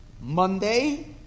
Monday